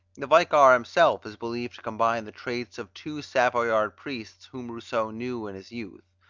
the vicar himself is believed to combine the traits of two savoyard priests whom rousseau knew in his youth.